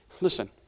Listen